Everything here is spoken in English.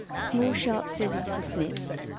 small sharp scissor for snips,